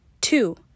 Two